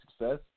success